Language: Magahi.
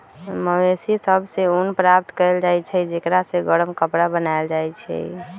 मवेशि सभ से ऊन प्राप्त कएल जाइ छइ जेकरा से गरम कपरा बनाएल जाइ छइ